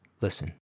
Listen